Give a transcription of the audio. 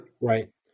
Right